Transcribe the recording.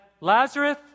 Lazarus